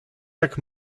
jak